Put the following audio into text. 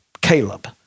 Caleb